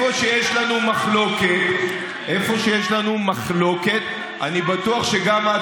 אני בטוח שגם את,